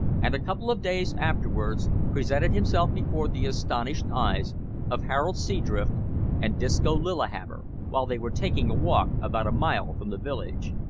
and, a couple of days afterwards, presented himself before the astonished eyes of harold seadrift and disco lillihammer, while they were taking a walk about a mile from the village.